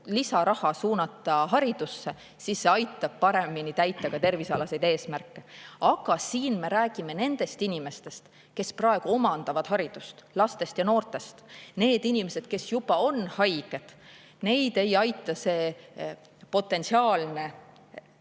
lisaraha suunata haridusse, siis see aitab paremini täita ka tervisealaseid eesmärke. Aga siin me räägime nendest inimestest, kes praegu omandavad haridust, lastest ja noortest. Neid inimesi, kes juba on haiged, ei aita see potentsiaalne